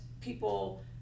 people